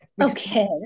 Okay